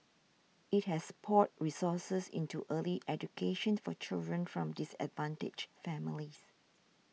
it has poured resources into early education for children from disadvantaged families